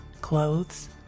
clothes